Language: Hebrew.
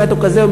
אם המת הוא כזה,